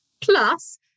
Plus